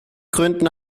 gründen